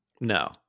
No